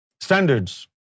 Standards